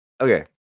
okay